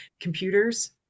computers